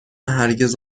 هرگز